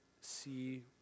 see